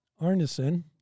Arneson